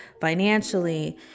financially